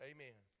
Amen